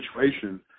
situation